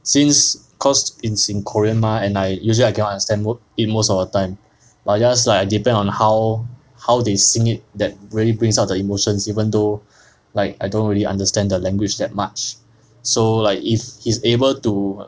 since cause it's korean mah and I usually I cannot understand mo~ it most of the time but I just like I depends on how how they sing it that really brings out the emotions even though like I don't really understand the language that much so like if he's able to